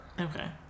Okay